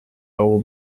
euro